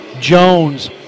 Jones